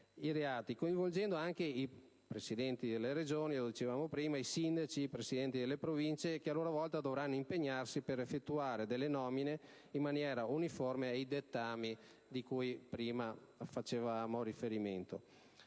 coinvolgendo anche i Presidenti delle Regioni, i sindaci e i Presidenti delle Province che a loro volta dovranno impegnarsi per effettuare le nomine in maniera uniforme ai dettami cui facevamo prima riferimento.